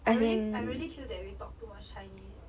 I really I really feel that we talk to much chinese